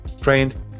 trained